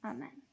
Amen